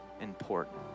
important